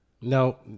No